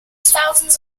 thousands